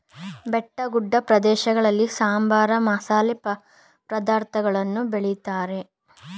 ಬೆಟ್ಟಗುಡ್ಡ ಪ್ರದೇಶಗಳಲ್ಲಿ ಸಾಂಬಾರ, ಮಸಾಲೆ ಪದಾರ್ಥಗಳನ್ನು ಬೆಳಿತಾರೆ